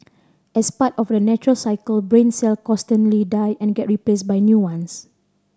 as part of a natural cycle brain cell constantly die and get replaced by new ones